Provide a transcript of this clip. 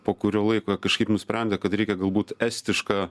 po kurio laiko kažkaip nusprendė kad reikia galbūt estišką